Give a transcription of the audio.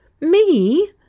Me